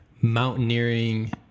mountaineering